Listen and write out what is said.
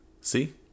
see